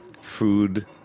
Food